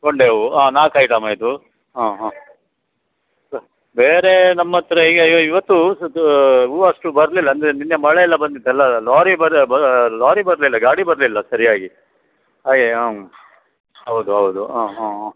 ಗೊಂಡೆ ಹೌವು ಹಾಂ ನಾಲ್ಕು ಆಯಿತಮ್ಮ ಇದು ಹಾಂ ಹಾಂ ಸಹ ಬೇರೆ ನಮ್ಮ ಹತ್ರ ಈಗ ಈಗ ಇವತ್ತೂ ಹೂ ಅಷ್ಟು ಬರಲಿಲ್ಲ ಅಂದರೆ ನಿನ್ನೆ ಮಳೆ ಎಲ್ಲ ಬಂದಿತ್ತಲ್ಲ ಲಾರಿ ಬರೋ ಲಾರಿ ಬರಲಿಲ್ಲ ಗಾಡಿ ಬರಲಿಲ್ಲ ಸರಿಯಾಗಿ ಹಾಗೆ ಹೌದು ಹೌದು ಹಾಂ ಹಾಂ ಹಾಂ